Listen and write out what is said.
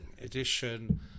edition